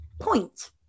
point